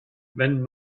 wenn